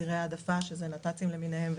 צירי העדפה שזה נת"צים למיניהם,